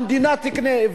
המדינה תקנה.